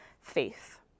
faith